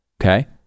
okay